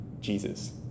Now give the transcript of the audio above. Jesus